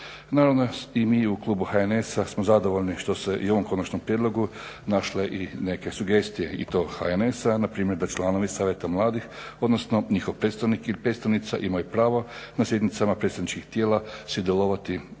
naravno i mi u klubu HNS-a smo zadovoljni što se i u ovom konačnom prijedlogu našle i neke sugestije i to HNS-a. Na primjer da članovi Savjeta mladih, odnosno njihov predstavnik ili predstavnica imaju pravo na sjednicama predstavničkih tijela sudjelovati i